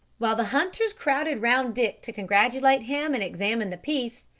while the hunters crowded round dick to congratulate him and examine the piece,